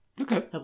Okay